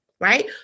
right